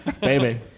Baby